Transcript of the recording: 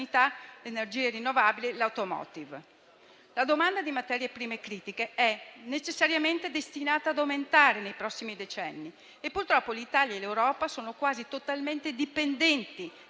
La domanda di materie prime critiche è necessariamente destinata ad aumentare nei prossimi decenni e, purtroppo, l'Italia e l'Europa sono quasi totalmente dipendenti